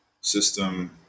system